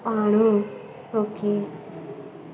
ആണോ ഓക്കെ